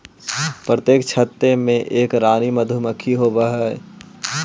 प्रत्येक छत्ते में एक रानी मधुमक्खी होवअ हई